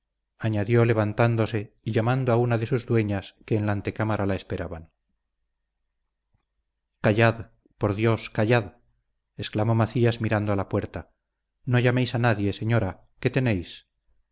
añadió levantándose y llamando a una de sus dueñas que en la antecámara la esperaban callad por dios callad exclamó macías mirando a la puerta no llaméis a nadie señora qué tenéis